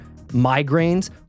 migraines